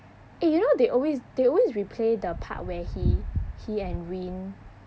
eh you know they always they always replay the part where he he and wind